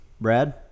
Brad